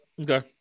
Okay